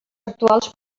actuals